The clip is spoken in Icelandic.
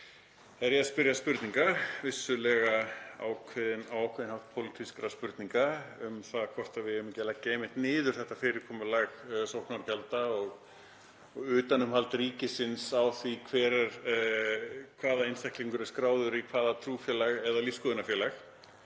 var ég að spyrja spurninga, vissulega á ákveðinn hátt pólitískra spurninga, um það hvort við eigum ekki að leggja niður þetta fyrirkomulag sóknargjalda og utanumhald ríkisins á því hvaða einstaklingur er skráður í hvaða trúfélag eða lífsskoðunarfélag